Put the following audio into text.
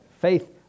faith